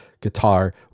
guitar